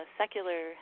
secular